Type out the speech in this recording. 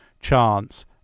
chance